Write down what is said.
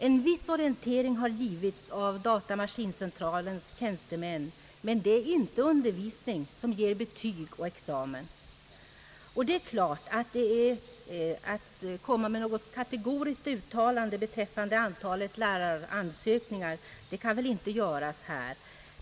En viss orientering har givits av datamaskincentralens tjänstemän, men det är inte undervisning som ger betyg och examen. Det är klart att något kategoriskt uttalande beträffande antalet ansökningar till lärartjänster inte kan göras här.